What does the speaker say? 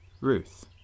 Ruth